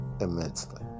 immensely